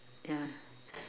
ya